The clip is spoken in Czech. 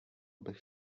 bych